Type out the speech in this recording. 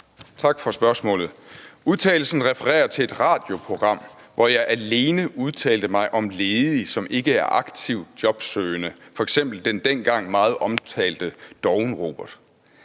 Tak for spørgsmålet. Udtalelsen refererer til et radioprogram, hvor jeg alene udtalte mig om ledige, som ikke er aktivt jobsøgende, f.eks. den dengang meget omtalte Dovne Robert.